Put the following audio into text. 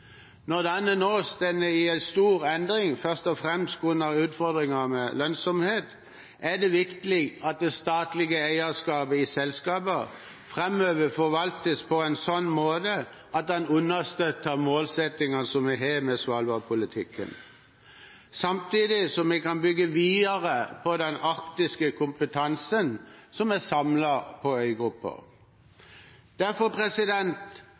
Når denne nå står i stor endring først og fremst på grunn av utfordringer med lønnsomhet, er det viktig at det statlige eierskapet i selskapet framover forvaltes på en slik måte at det understøtter målsettingen vi har med Svalbard-politikken, samtidig som vi kan bygge videre på den arktiske kompetansen som er samlet på øygruppen. Derfor